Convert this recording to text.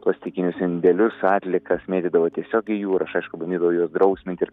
plastikinius indelius atliekas mėtydavo tiesiog į jūrą aš aišku bandydavau juos drausminti ir